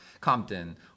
Compton